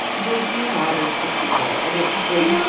disney matters to people. and it brings.